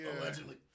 Allegedly